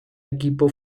equipo